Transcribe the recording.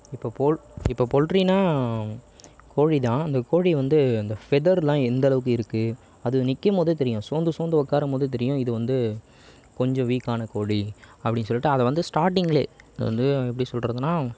இப்போ போல் இப்போ போல்ட்ரின்னால் கோழிதான் அந்த கோழி வந்து அந்த ஃபெதரல்லாம் எந்த அளவுக்கு இருக்குது அது நிற்கும்போதே தெரியும் சோர்ந்து சோர்ந்து உக்காரும்போதே தெரியும் இது வந்து கொஞ்சம் வீக்கான கோழி அப்படின்னு சொல்லிகிட்டு அதை வந்து ஸ்டார்டிங்கிலே அதை வந்து எப்படி சொல்கிறதுன்னா